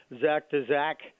Zach-to-Zach